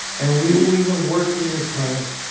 and we will even work in your plant.